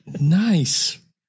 Nice